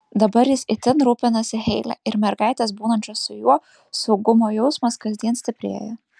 dabar jis itin rūpinasi heile ir mergaitės būnančios su juo saugumo jausmas kasdien stiprėja